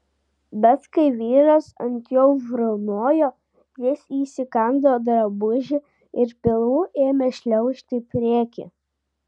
bet kai vyras ant jo užriaumojo jis įsikando drabužį ir pilvu ėmė šliaužti į priekį